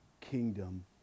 kingdom